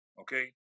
okay